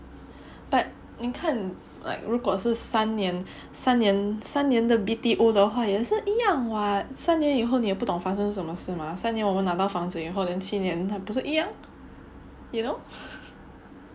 but 你看 like 如果是三年三年三年的 B_T_O 的话也是一样 [what] 三年以后你也不懂发生什么事吗三年我们拿到房子以后 then 七年还不是一样 you know